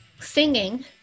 singing